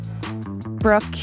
Brooke